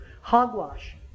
Hogwash